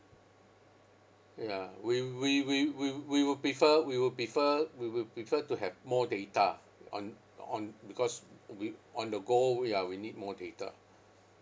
ya we we we we we would prefer we would prefer we would prefer to have more data on on because we on the go ya we need more data